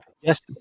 Yes